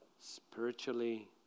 spiritually